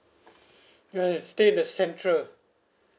ya I stay the central